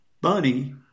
Bunny